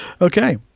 Okay